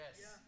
Yes